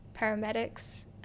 paramedics